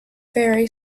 very